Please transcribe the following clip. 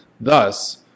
Thus